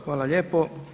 Hvala lijepo.